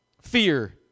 Fear